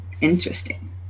Interesting